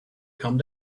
come